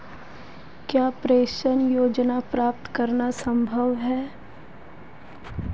क्या पेंशन योजना प्राप्त करना संभव है?